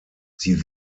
sie